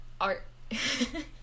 art